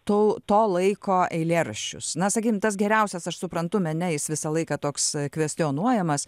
to to laiko eilėraščius na sakykim tas geriausias aš suprantu mene jis visą laiką toks kvestionuojamas